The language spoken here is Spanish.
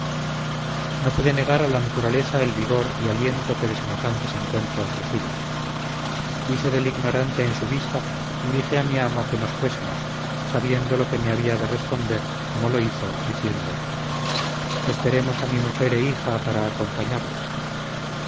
no pude negar a la naturaleza el vigor y aliento que de semejantes encuentros recibe hice del ignorante en su vista y dije a mi amo que nos fuésemos sabiendo lo que me había de responder como lo hizo diciendo esperemos a mi mujer e hija para acompañarlas